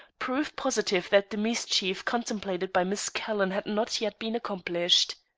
proof positive that the mischief contemplated by miss calhoun had not yet been accomplished.